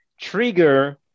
trigger